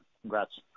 Congrats